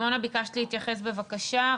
ביקשת להתייחס, בבקשה.